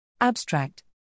Abstract